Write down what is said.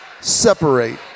separate